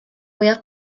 mwyaf